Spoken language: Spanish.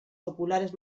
populares